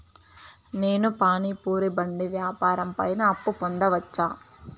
నేను పానీ పూరి బండి వ్యాపారం పైన అప్పు పొందవచ్చా?